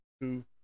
two